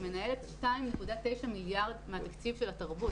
היא מנהלת 2.9 מיליארד מהתקציב של התרבות.